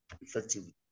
effectively